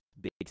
big